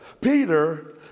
Peter